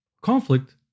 Conflict